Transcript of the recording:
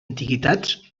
antiguitats